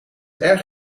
erg